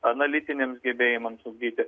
analitiniams gebėjimams ugdyti